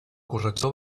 corrector